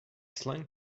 slang